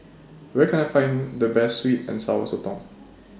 Where Can I Find The Best Sweet and Sour Sotong